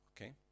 Okay